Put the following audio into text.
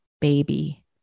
baby